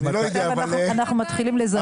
עכשיו אנחנו מתחילים לזהות.